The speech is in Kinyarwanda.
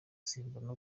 simbona